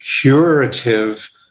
curative